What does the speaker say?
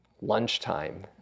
lunchtime